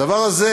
הדבר הזה,